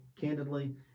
candidly